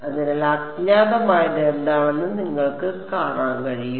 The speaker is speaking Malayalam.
അതിനാൽ അജ്ഞാതമായത് എന്താണെന്ന് നിങ്ങൾക്ക് കാണാൻ കഴിയും